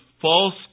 false